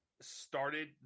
started